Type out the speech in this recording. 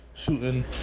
Shooting